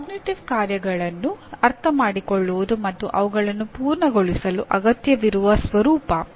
ಅರಿವಿನ ಕಾರ್ಯಗಳನ್ನು ಅರ್ಥಮಾಡಿಕೊಳ್ಳುವುದು ಮತ್ತು ಅವುಗಳನ್ನು ಪೂರ್ಣಗೊಳಿಸಲು ಅಗತ್ಯವಿರುವ ಸ್ವರೂಪ